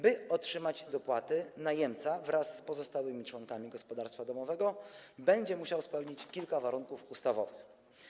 By otrzymać dopłaty, najemca wraz z pozostałymi członkami gospodarstwa domowego będzie musiał spełnić kilka warunków ustawowych.